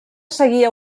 seguia